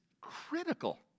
critical